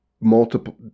multiple